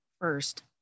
First